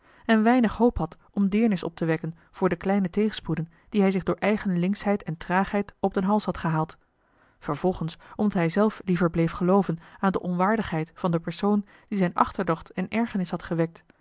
en weinig hoop had om deernis op te wekken voor de kleine tegenspoeden die hij zich door eigen linkschheid en traagheid op den hals had gehaald vervolgens omdat hij zelf liever bleef gelooven aan de onwaardigheid van den persoon die zijn achterdocht en ergernis had gewekt